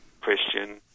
Christian